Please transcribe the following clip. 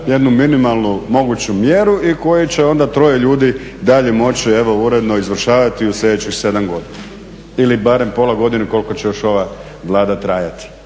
jednu minimalnu moguću mjeru i koji će ona 3 ljudi dalje moći evo uredno izvršavati u sljedećih 7. godina ili barem pola godine koliko će još ovaj Vlada trajati